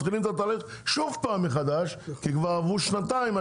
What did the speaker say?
מתחילים את התהליך שוב פעם מחדש כי כבר עברו שנתיים.